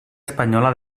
espanyola